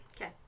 okay